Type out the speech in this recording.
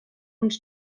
uns